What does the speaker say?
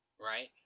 Right